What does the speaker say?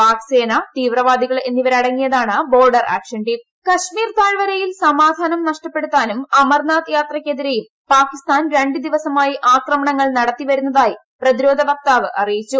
പാക് സേന തീവ്രവാദികൾ എന്നിവർ അടങ്ങിയതാണ് ബോർഡർ ആക്ഷൻ ടീം കൾമീർ താഴ് വരയിൽ സമാധാനം നഷ്ടപ്പെടുത്താനും അമർനാഥ് യാത്രയ്ക്കെതിരെയും പാകിസ്ഥാൻ രണ്ടു ദിവസമായി ആക്രമണങ്ങൾ നടത്തിവരുന്നതായും പ്രതിരോധ വക്താവ് അറിയിച്ചു